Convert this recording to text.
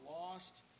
lost